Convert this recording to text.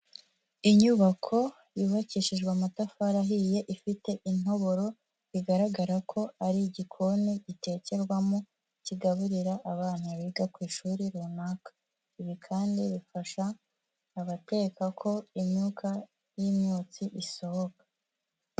Inyubako yubakishijwe amatafari ahiye ifite intoboro, bigaragara ko ari igikoni gitekerwamo kigaburira abana biga ku ishuri runaka, ibi kandi bifasha abateka ko imyuka y'imyotsi isohoka.